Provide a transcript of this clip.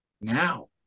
now